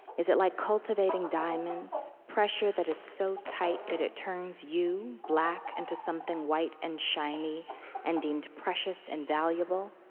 is it like cultivating diamonds pressure that is so tight that it turns you, black, into something white and shiny and deemed precious and valuable?